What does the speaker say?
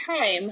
time